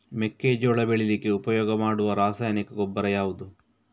ಮೆಕ್ಕೆಜೋಳ ಬೆಳೀಲಿಕ್ಕೆ ಉಪಯೋಗ ಮಾಡುವ ರಾಸಾಯನಿಕ ಗೊಬ್ಬರ ಯಾವುದು?